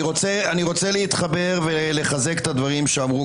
אני רוצה להתחבר ולחזק את הדברים שאמרו